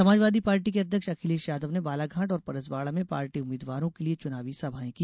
Samajwadi Party के अध्यक्ष अखिलेष यादव ने बालाघाट और परसवाड़ा में पार्टी उम्मीदवारों के लिए चुनावी सभाएं की